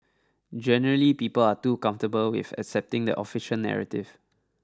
generally people are too comfortable with accepting the official narrative